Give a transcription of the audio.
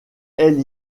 elle